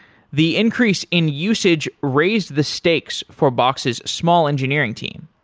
the increase in usage raise the stakes for box's small engineering team.